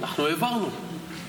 העברנו,